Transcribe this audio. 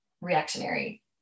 reactionary